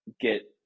get